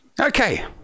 okay